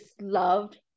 loved